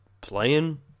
playing